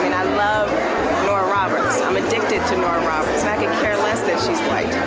and i love nora roberts, i'm addicted to nora roberts and i could care less that she's white.